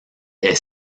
est